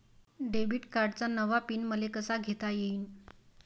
Debit कार्डचा नवा PIN मले कसा घेता येईन?